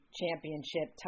championship